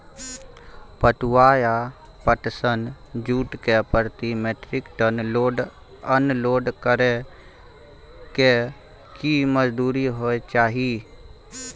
पटुआ या पटसन, जूट के प्रति metric ton load unload करै के की मजदूरी होय चाही?